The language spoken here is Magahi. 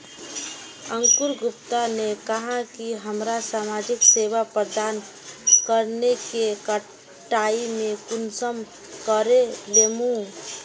अंकूर गुप्ता ने कहाँ की हमरा समाजिक सेवा प्रदान करने के कटाई में कुंसम करे लेमु?